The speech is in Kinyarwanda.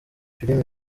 filimi